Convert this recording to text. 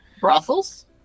Brothels